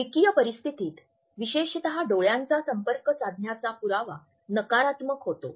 द्विकीय परिस्थितीत विशेषत डोळ्यांचा संपर्क साधण्याचा पुरावा नकारात्मक होतो